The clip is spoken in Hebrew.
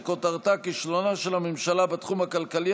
שכותרתה: כישלונה של הממשלה בתחום הכלכלי,